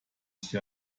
sich